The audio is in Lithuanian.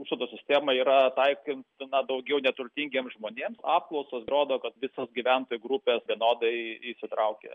užstato sistema yra taikintina daugiau neturtingiems žmonėms apklausos rodo kad visos gyventojų grupės vienodai įsitraukia